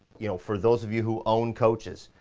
you know, for those of you who own coaches,